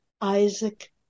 Isaac